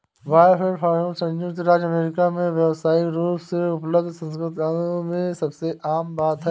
brodifacoum संयुक्त राज्य अमेरिका में व्यावसायिक रूप से उपलब्ध कृंतकनाशकों में सबसे आम है